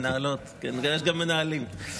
מנהלות כן, אבל יש גם מנהלים.